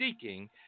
seeking